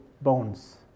bones